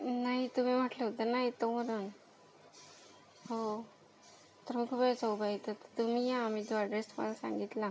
नाही तुम्ही म्हटलं होतं ना येतो म्हणून हो तर मी खूप वेळचा उभा आहे इथं तुम्ही या मी जो अड्रेस तुम्हाला सांगितला